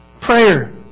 Prayer